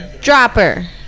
Dropper